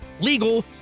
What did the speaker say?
legal